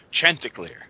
Chanticleer